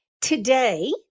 today